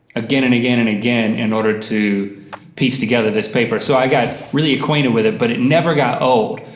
again and again and again in order to piece together this paper. so i got really acquainted with it, but it never got old.